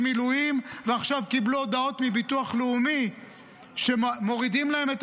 מילואים ועכשיו קיבלו הודעות מביטוח לאומי שמורידים להם את